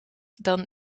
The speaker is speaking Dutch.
dan